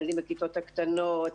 הילדים בכיתות הקטנות,